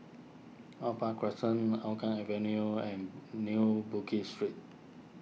Opal Crescent Hougang Avenue and New Bugis Street